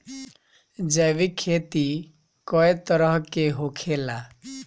जैविक खेती कए तरह के होखेला?